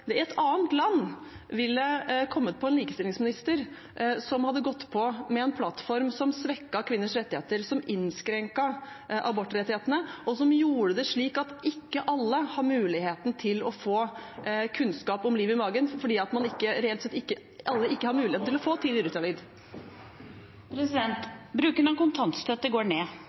det i et annet land hadde kommet en likestillingsminister som hadde gått på med en plattform som svekket kvinners rettigheter, som innskrenket abortrettighetene, og som gjorde det slik at ikke alle har muligheten til å få kunnskap om livet i magen, fordi alle reelt sett ikke har mulighet til å få tidlig ultralyd? Bruken av kontantstøtte går ned.